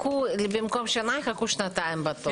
במקום שנה יחכו שנתיים בתור.